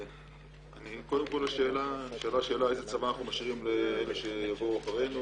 קודם כל לשאלה שנשאלה איזה צבא אנחנו משאירים לאלה שיבואו אחרינו